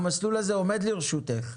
המסלול הזה עומד לרשותך.